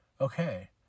Okay